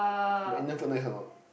but Indian food nice or not